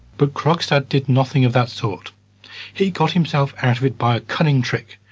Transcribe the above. but krogstad did nothing of that sort he got himself out of it by a cunning trick,